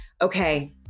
Okay